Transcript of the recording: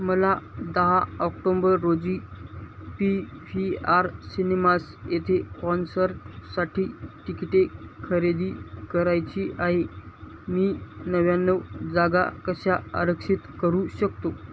मला दहा ऑक्टोंबर रोजी पी फी आर सिनेमास येथे कॉन्सर्टसाठी तिकिटे खरेदी करायची आहे मी नव्याण्णव जागा कशा आरक्षित करू शकतो